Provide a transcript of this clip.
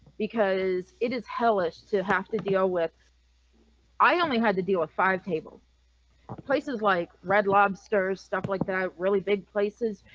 because it is hellish to have to deal with i only had to deal with five table places like red lobster stuff like that really big places.